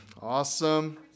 awesome